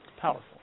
powerful